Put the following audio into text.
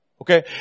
Okay